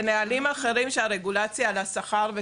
זה נהלים אחרים של הרגולציה על השכר.